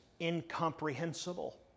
incomprehensible